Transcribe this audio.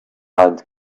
and